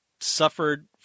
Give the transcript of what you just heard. suffered